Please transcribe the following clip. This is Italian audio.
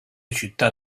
città